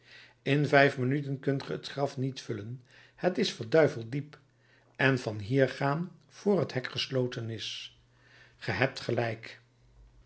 in vijf minuten kunt ge het graf niet vullen het is verduiveld diep en van hier gaan voor dat het hek gesloten is ge hebt gelijk